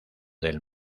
del